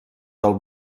del